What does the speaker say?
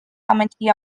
committee